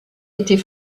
était